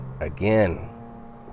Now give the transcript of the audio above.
again